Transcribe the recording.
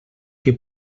que